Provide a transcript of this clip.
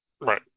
Right